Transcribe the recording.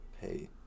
pay